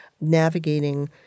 navigating